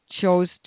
chose